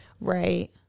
Right